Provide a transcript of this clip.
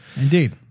Indeed